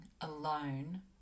alone